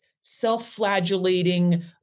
self-flagellating